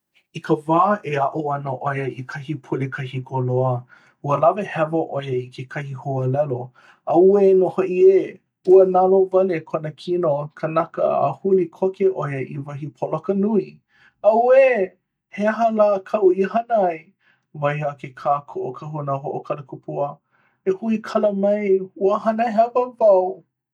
i ka wā e aʻo ana ʻo ia i kahi pule kahiko loa ua lawe hewa ʻo ia i kekahi huaʻōlelo auwē nō hoʻi ē! ua nalowale kona kino kanaka a huli koke ʻo ia i wahi poloka nui “auē! he aha lā kaʻu i hana ai?”wahi a ke kākoʻo kahuna hoʻokalakupua, e hui kala mai ua hana hewa wau!